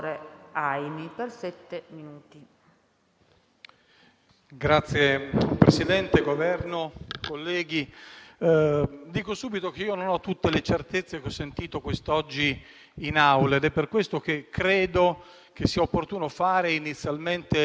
e soprattutto alla fine porre un quesito. I dati sono evidenti e sotto gli occhi di tutti, ad esempio l'Italia - ricordiamocelo - non ha autosufficienza alimentare: a noi mancano 2,3 milioni di